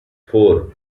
four